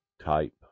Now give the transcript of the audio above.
type